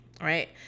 Right